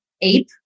ape